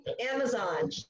amazon